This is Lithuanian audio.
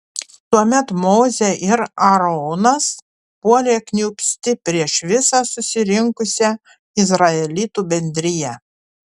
tuomet mozė ir aaronas puolė kniūbsti prieš visą susirinkusią izraelitų bendriją